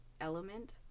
element